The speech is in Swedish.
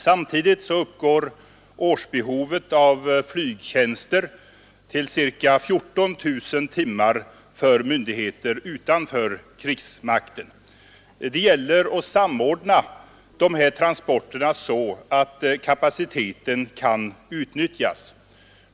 Samtidigt uppgår årsbehovet flygtjänster till ca 14 000 timmar för myndigheter utanför krigsmakten. Det gäller att samordna dessa transporter så att kapaciteten kan utnyttjas.